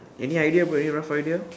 any idea bro any rough idea